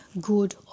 good